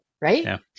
Right